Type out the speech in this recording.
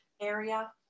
area